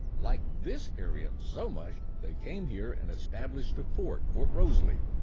liked this area so much, they came here and established a fort, fort rosalie,